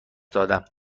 دادم